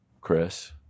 Chris